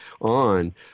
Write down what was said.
on